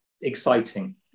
exciting